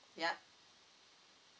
yup